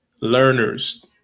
learners